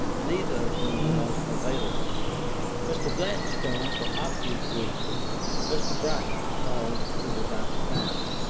neither of whom was available mr. gladstone, for obvious reasons mr. bright because he was out of town.